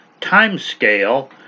timescale